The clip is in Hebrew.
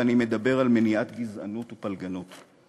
ואני מדבר על מניעת גזענות ופלגנות.